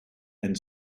and